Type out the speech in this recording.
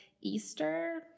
Easter